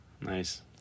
Nice